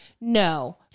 no